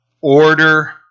order